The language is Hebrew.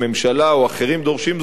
או אחרים דורשים זאת מאתנו,